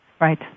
Right